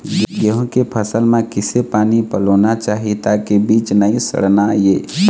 गेहूं के फसल म किसे पानी पलोना चाही ताकि बीज नई सड़ना ये?